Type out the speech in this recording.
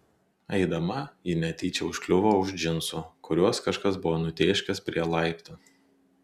eidama ji netyčia užkliuvo už džinsų kuriuos kažkas buvo nutėškęs prie laiptų